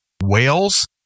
whales